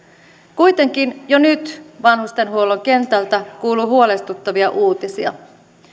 kuitenkin jo nyt vanhustenhuollon kentältä kuuluu huolestuttavia uutisia